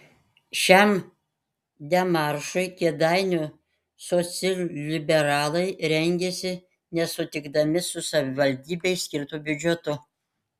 šiam demaršui kėdainių socialliberalai rengėsi nesutikdami su savivaldybei skirtu biudžetu